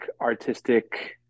artistic